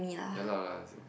ya lah